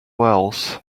wells